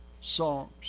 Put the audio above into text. songs